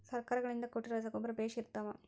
ಸರ್ಕಾರಗಳಿಂದ ಕೊಟ್ಟಿರೊ ರಸಗೊಬ್ಬರ ಬೇಷ್ ಇರುತ್ತವಾ?